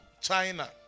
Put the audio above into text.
China